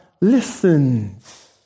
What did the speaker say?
listens